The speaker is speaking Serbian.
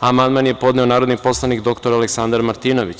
amandman je podneo narodni poslanik dr Aleksandar Martinović.